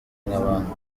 nk’abandi